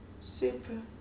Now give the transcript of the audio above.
super